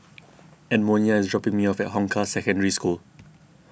Edmonia is dropping me off at Hong Kah Secondary School